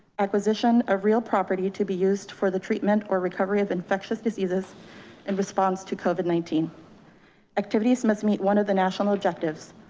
acquisition of real property to be used for the treatment or recovery of infectious diseases and response to covid nineteen activities must meet one of the national objectives.